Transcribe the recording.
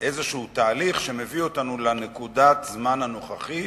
איזה תהליך שמביא אותנו לנקודת הזמן הנוכחית,